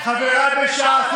חבריי בש"ס,